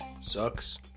sucks